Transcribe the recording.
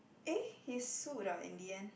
eh he's sued ah in the end